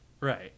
Right